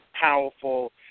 powerful